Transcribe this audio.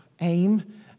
aim